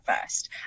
first